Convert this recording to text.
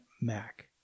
Mac